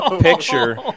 picture